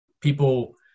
people